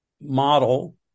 model